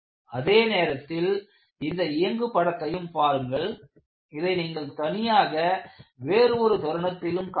அதே நேரத்தில் இந்த இயங்கு படத்தையும் பாருங்கள் இதை நீங்கள் தனியாக வேறு ஒரு தருணத்திலும் காணலாம்